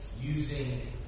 using